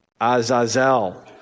Azazel